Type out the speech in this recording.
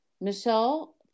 Michelle